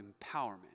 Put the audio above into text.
empowerment